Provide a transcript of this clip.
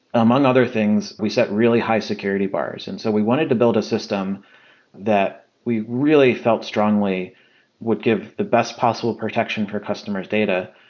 among other things, we set really high security bars. and so we wanted to build a system that we really felt strongly would give the best possible protection for customers data.